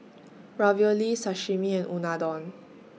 Ravioli Sashimi and Unadon